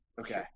Okay